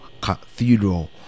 cathedral